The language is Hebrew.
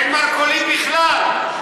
חיים, אין מרכולים בכלל.